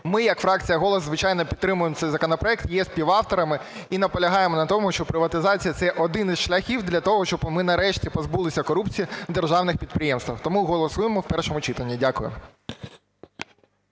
ми, як фракція "Голос", звичайно, підтримуємо цей законопроект, є співавторами і наполягаємо на тому, що приватизація – це один із шляхів для того, щоб ми нарешті позбулися корупції в державних підприємствах. Тому голосуємо в першому читанні. Дякую.